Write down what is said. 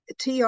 TR